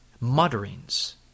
mutterings